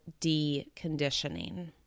deconditioning